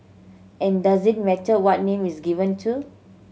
and does it matter what name is given to it